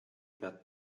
pead